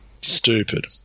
Stupid